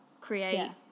create